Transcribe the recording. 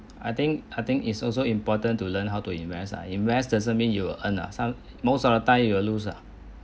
I think I think is also important to learn how to invest uh invest doesn't mean you will earn some most of the time you will lose ah